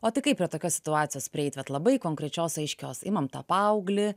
o tai kaip prie tokios situacijos prieit vat labai konkrečios aiškios imam tą paauglį